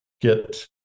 get